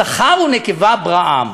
זכר ונקבה ברא אותם.